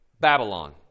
Babylon